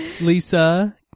Lisa